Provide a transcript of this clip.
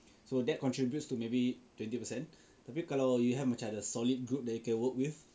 so that contributes to maybe twenty percent tapi kalau you have macam ada solid group you can work with